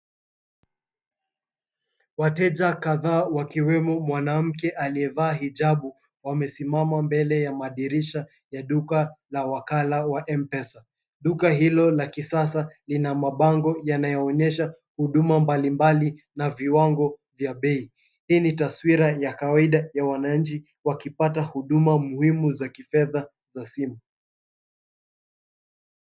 Wateja kadhaa, wakiwemo mwanamke aliyevaa hijabu, wamesimama mbele ya madirisha ya duka la wakala wa M-pesa. Duka hilo la kisasa lina mabango yanayoonyesha huduma mbalimbali na viwango vya bei. Hii ni taswira ya kawaida ya wananchi wakipata huduma muhimu za kifedha za simu.